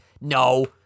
No